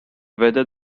whether